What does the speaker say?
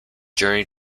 journey